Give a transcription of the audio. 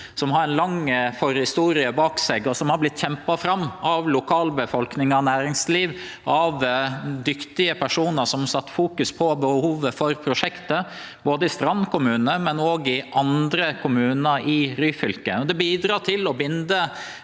som har ei lang forhistorie bak seg, og som har blitt kjempa fram av lokalbefolkning, av næringsliv og av dyktige personar som fokuserte på behovet for prosjektet, både i Strand kommune og i andre kommunar i Ryfylke. Det bidreg til å binde